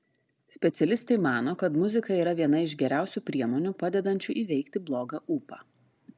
specialistai mano kad muzika yra viena iš geriausių priemonių padedančių įveikti blogą ūpą